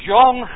John